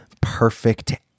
perfect